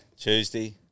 tuesday